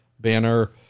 banner